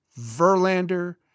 Verlander